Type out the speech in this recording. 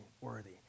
worthy